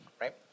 right